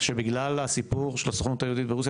שבגלל הסיפור של הסוכנות היהודית ברוסיה,